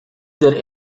their